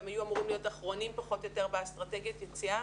הם היו אמורים להיות אחרונים פחות או יותר באסטרטגיית היציאה.